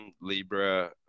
libra